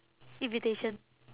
invitation